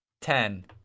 Ten